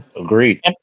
Agreed